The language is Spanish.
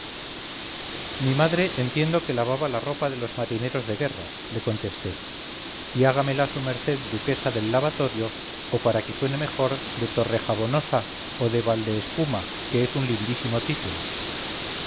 mi madre entiendo que lavaba la ropa de los marineros de guerra le contesté y hágamela su merced duquesa del lavatorio o para que suene mejor de torre jabonosa o de val de espuma que es un lindísimo título